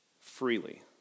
Freely